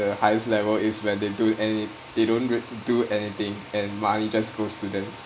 the highest level is when they don't any they don't rea~ do anything and money just goes to them